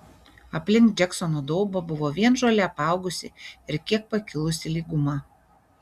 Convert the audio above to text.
aplink džeksono daubą buvo vien žole apaugusi ir kiek pakilusi lyguma